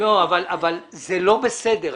זה לא בסדר.